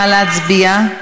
נא להצביע.